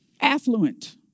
affluent